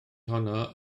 honno